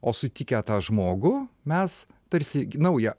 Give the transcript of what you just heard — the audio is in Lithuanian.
o sutikę tą žmogų mes tarsi naują